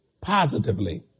positively